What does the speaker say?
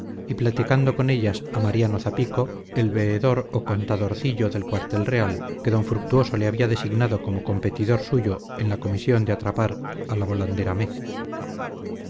y platicando con ellas a mariano zapico el veedor o contadorcillo del cuartel real que d fructuoso le había designado como competidor suyo en la comisión de atrapar a la volandera